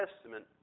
Testament